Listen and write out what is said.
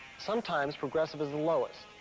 sometimes progressive is the lowest,